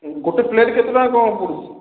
ଗୋଟେ ପ୍ଲେଟ୍ କେତେ ଟଙ୍କା କ'ଣ ପଡ଼ୁଛି